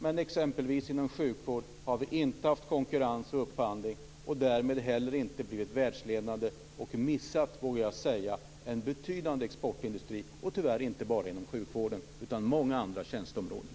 Men inom exempelvis sjukvård har vi inte haft konkurrens och upphandling. Därmed har vi heller inte blivit världsledande. Där har vi missat, vågar jag säga, en betydande exportindustri. Och tyvärr gäller detta inte bara inom sjukvården. Det gäller också många andra tjänsteområden.